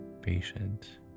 patient